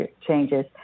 changes